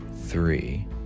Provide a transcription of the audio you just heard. three